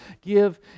give